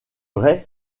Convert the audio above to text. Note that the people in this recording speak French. vrai